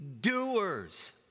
doers